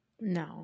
No